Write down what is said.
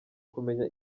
kumenya